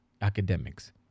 academics